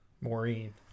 Maureen